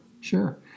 sure